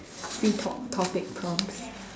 free talk topic prompts